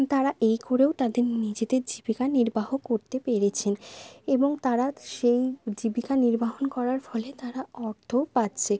তারা এই করেও তাদের নিজেদের জীবিকা নির্বাহ করতে পেরেছেন এবং তারা সেই জীবিকা নির্বাহন করার ফলে তারা অর্থও পাচ্ছে